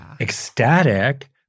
ecstatic